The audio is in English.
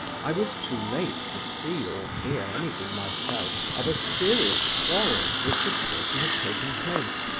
i was too late to see or hear anything myself of a serious quarrel which appeared to have taken place,